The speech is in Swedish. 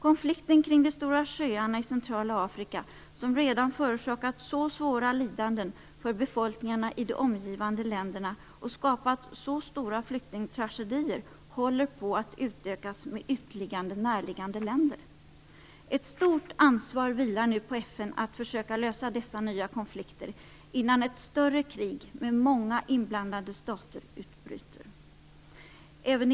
Konflikten kring de stora sjöarna i centrala Afrika, som redan förorsakat så svåra lidanden för befolkningen i de omgivande länderna och skapat så stora flyktingtragedier, håller på att utökas med ytterligare näraliggande länder. Ett stort ansvar vilar nu på FN att försöka att lösa dessa nya konflikter innan ett större krig med många inblandade stater utbryter.